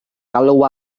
galw